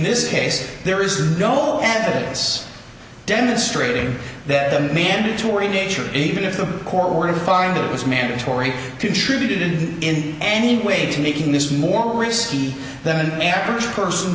this case there is no evidence demonstrating that the mandatory nature even if the court were to find that it was mandatory contributed in any way to making this more risky than the average person